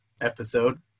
episode